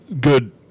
good